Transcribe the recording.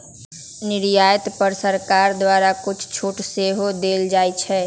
निर्यात पर सरकार द्वारा कुछ छूट सेहो देल जाइ छै